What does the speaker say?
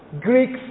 Greeks